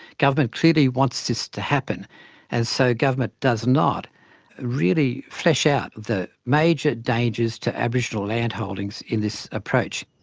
government clearly wants this to happen and so government does not really flesh out the major dangers to aboriginal land holdings in this approach.